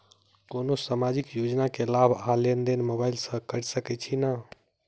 कोनो सामाजिक योजना केँ लाभ आ लेनदेन मोबाइल सँ कैर सकै छिःना?